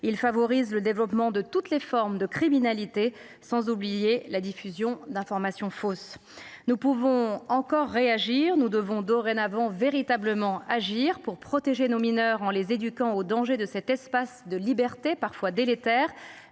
Il favorise le développement de toutes les formes de criminalité, sans oublier la diffusion d’informations fausses. Nous pouvons encore réagir. Nous devons dorénavant véritablement agir pour protéger nos mineurs, en les éduquant aux dangers de cet espace de libertés, parfois délétère,